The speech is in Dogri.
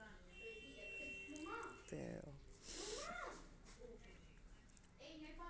ते ओह्